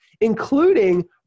including